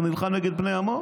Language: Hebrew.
הוא נלחם נגד בני עמו?